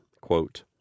quote